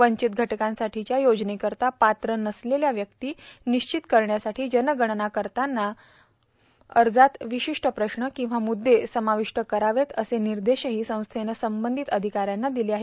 वंचित घटकांसाठीच्या योजनेकरता पात्र नसलेल्या व्यक्ती निश्चित करण्यासाठी जनगणना करताना भरायच्या अर्जात विशिष्ट प्रश्न किंवा मुद्दे समाविष्ट करावेत असे निर्देशही संस्थेनं संबंधित अधिकाऱ्यांना दिले आहेत